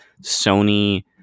sony